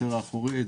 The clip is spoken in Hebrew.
החצר האחורית,